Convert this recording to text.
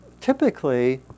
typically